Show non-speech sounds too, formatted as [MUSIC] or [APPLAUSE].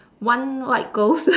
one white ghost [LAUGHS]